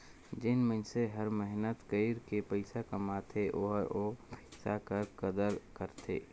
जेन मइनसे हर मेहनत कइर के पइसा कमाथे ओहर ओ पइसा कर कदर करथे